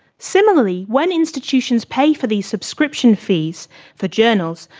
similarly, when institutions pay for these subscription fees for journals,